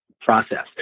process